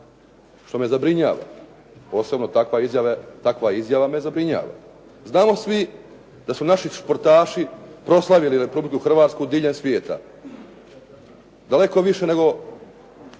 što me zabrinjava, posebno takva izjava me zabrinjava. Znamo svi da su naši športaši proslavili Republiku Hrvatsku diljem svijeta. Daleko više nego